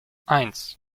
eins